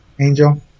Angel